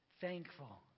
Thankful